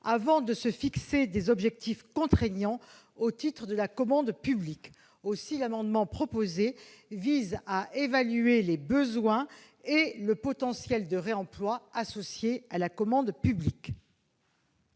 avant de se fixer des objectifs contraignants au titre de la commande publique. Aussi, l'amendement proposé vise à évaluer les besoins et le potentiel de réemploi associé à la commande publique.